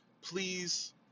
Please